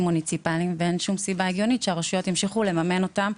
מוניציפליים ואין שום סיבה הגיוניות שהרשויות ימשיכו לממן אותם,